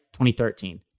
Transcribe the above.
2013